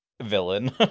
villain